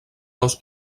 dos